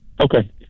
okay